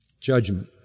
Judgment